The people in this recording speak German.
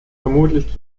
vermutlich